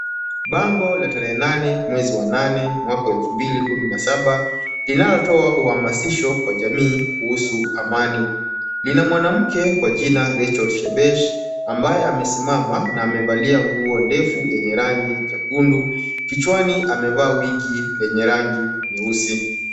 Bango, la tarehe nane, mwezi wa nane, mwaka elfu mbili kumi na saba, inaotoa uhamasisho kwa jamii kuhusu amani. Lina mwanamke kwa jina Rachel Shebesh, ambaye amesimama na amevalia nguo ndefu yenye rangi chekundu .Kichwani amevaa wigi lenye rangi nyeusi.